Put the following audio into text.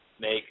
make